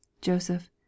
Joseph